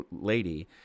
lady